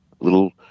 little